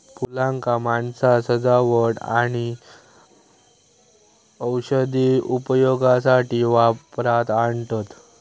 फुलांका माणसा सजावट आणि औषधी उपयोगासाठी वापरात आणतत